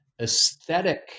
aesthetic